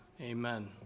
Amen